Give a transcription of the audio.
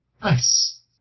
Nice